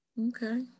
okay